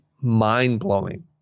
mind-blowing